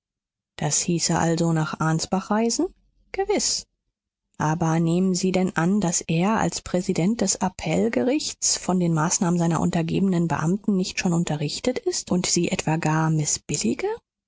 das hieße also nach ansbach reisen gewiß aber nehmen sie denn an daß er als präsident des appellgerichts von den maßnahmen seiner untergebenen beamten nicht schon unterrichtet ist und sie etwa gar